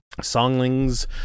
Songlings